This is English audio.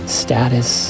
status